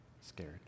scared